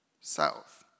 south